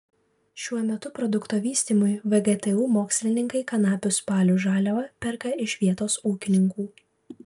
šiuo metu produkto vystymui vgtu mokslininkai kanapių spalių žaliavą perka iš vietos ūkininkų